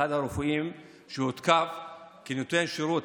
לאחד הרופאים שהותקף כנותן שירות.